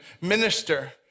minister